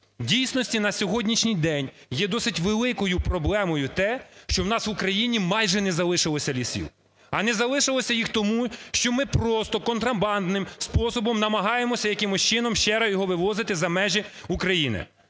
дійсності, на сьогоднішній день є досить великою проблемою те, що в нас в Україні майже не залишилось лісів. А не залишилось їх тому, що ми просто контрабандним способом намагаємося якимось чином ще раз його вивозити за межі України.